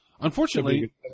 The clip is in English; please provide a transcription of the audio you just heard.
Unfortunately